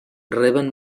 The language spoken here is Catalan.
reben